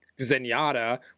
zenyatta